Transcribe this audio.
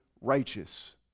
righteous